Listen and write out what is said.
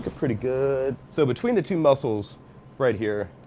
ah pretty good. so between the two muscles right here,